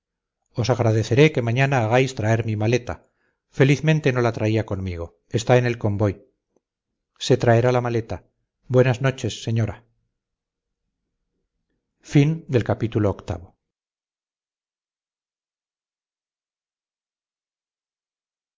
os agradeceré que mañana hagáis traer mi maleta felizmente no la traía conmigo está en el convoy se traerá la maleta buenas noches señora